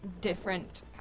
different